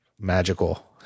Magical